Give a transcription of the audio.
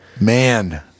Man